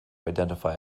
identify